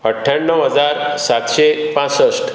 अठ्ठ्याण्णव हजार सातशें पांसश्ठ